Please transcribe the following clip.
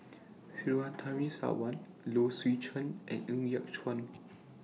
Surtini Sarwan Low Swee Chen and Ng Yat Chuan